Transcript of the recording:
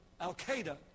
Al-Qaeda